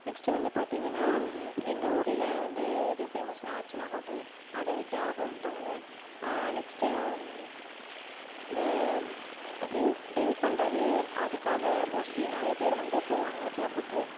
next வந்து பார்த்தீங்கன்னா எங்கள் ஊரில் வந்து எது ஃபேமஸுன்னா அர்ச்சனா ஹோட்டல் அதை விட்டால் ஹோம் டவுனு நெக்ஸ்ட்டு இந்த ட்ரிங்க் ட்ரிங்க் பண்ணுறது அதுக்காக மோஸ்ட்லி நிறைய பேர் வந்து போவாங்க க்ளபுக்கு